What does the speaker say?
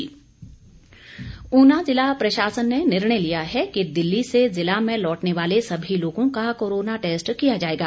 जांच ऊना जिला प्रशासन ने निर्णय लिया है कि दिल्ली से जिला में लौटने वाले समी लोगों का कोरोना टैस्ट किया जाएगा